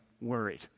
worried